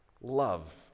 love